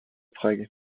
prague